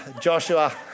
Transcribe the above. Joshua